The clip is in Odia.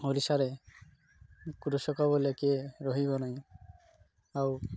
ଓଡ଼ିଶାରେ କୃଷକ ବୋଲି କିଏ ରହିବ ନାହିଁ ଆଉ